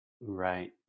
Right